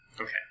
Okay